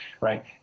right